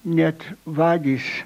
net vagys